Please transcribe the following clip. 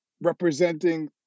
representing